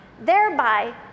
thereby